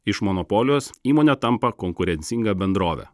iš monopolijos įmonė tampa konkurencinga bendrove